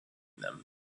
them